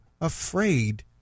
afraid